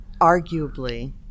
arguably